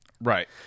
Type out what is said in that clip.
right